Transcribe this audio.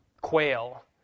quail